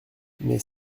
mais